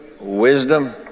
Wisdom